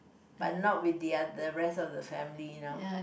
but not with the other the rest of the family you know